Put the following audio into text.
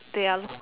they are